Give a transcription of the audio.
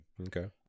Okay